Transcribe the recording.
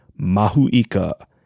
Mahuika